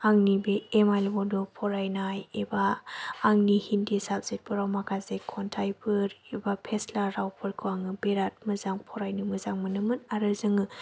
आंनि बे M I L बड' फरायनाय एबा आंनि हिन्दि साबजेक्टफोराव माखासे खन्थायफोर एबा फेस्ला रावफोरखौ आङो बिराद मोजां फरायनो मोजां मोनोमोन आरो जोङो